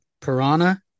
piranha